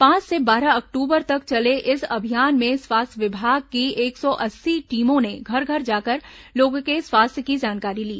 पांच से बारह अक्टूबर तक चले इस अभियान में स्वास्थ्य विभाग की एक सौ अस्सी टीमों ने घर घर जाकर लोगों के स्वास्थ्य की जानकारी ली